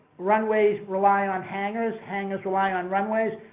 runways rely on hangers, hangers rely on runways,